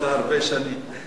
פרגנתי לך הרבה שנים.